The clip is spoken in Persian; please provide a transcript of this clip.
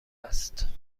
است